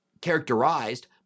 characterized